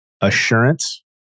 assurance